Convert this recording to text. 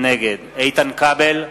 נגד איתן כבל,